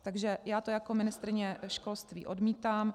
Takže já to jako ministryně školství odmítám.